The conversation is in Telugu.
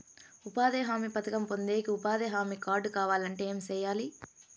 ఉపాధి హామీ పథకం పొందేకి ఉపాధి హామీ కార్డు కావాలంటే ఏమి సెయ్యాలి?